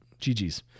GGS